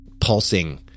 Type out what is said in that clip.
pulsing